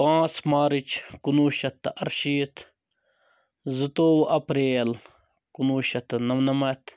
پانٛژ مارٕچ کُنوُہ شتھ تہٕ اَرشیٖتھ زٕتوٚوُہ اَپریل کُنوُہ شتھ تہٕ نمنَمَتھ